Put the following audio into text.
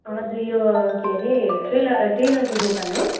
हजुर यो के अरे ट्रेलर टेलरको दोकान हो